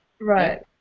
Right